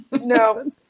No